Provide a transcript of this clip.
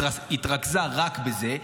התרכזה רק בזה,